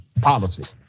policy